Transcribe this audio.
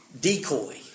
decoy